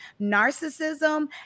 narcissism